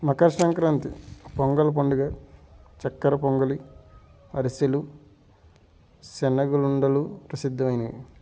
మకర సంక్రాంతి పొంగల్ పండుగ చక్కెర పొంగలి అరిసెలు శనగల ఉండలు ప్రసిద్ధమైనవి